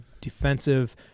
defensive